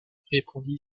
répondit